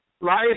life